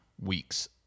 weeks